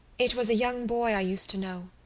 it was a young boy i used to know,